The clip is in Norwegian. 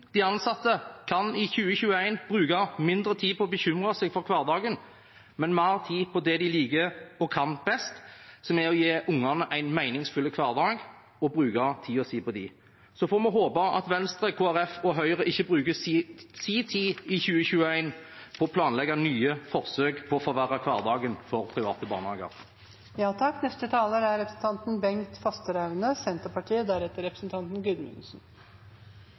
De ansatte kan i 2021 bruke mindre tid på å bekymre seg for hverdagen og mer tid på det de liker og kan best, som er å gi ungene en meningsfull hverdag og bruke tiden sin på dem. Så får vi håpe at Venstre, Kristelig Folkeparti og Høyre ikke bruker sin tid i 2021 på å planlegge nye forsøk på å forverre hverdagen for private barnehager. Regjeringen påpeker stadig vekk at de er